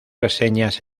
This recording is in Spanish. reseñas